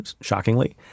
shockingly